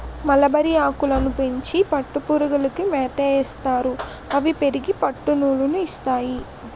మలబరిఆకులని పెంచి పట్టుపురుగులకి మేతయేస్తారు అవి పెరిగి పట్టునూలు ని ఇస్తాయి